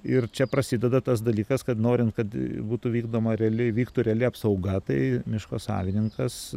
ir čia prasideda tas dalykas kad norint kad būtų vykdoma reali vyktų reali apsauga tai miško savininkas